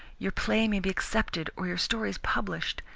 your play may be accepted or your stories published.